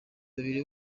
babiri